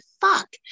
fuck